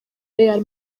real